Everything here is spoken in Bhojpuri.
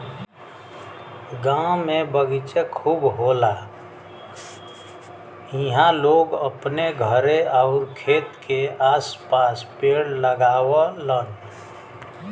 गांव में बगीचा खूब होला इहां लोग अपने घरे आउर खेत के आस पास पेड़ लगावलन